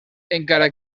encara